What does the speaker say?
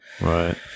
right